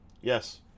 Yes